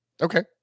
Okay